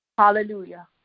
Hallelujah